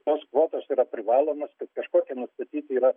tos kvotos yra privalomos kad kažkokie nustatyti yra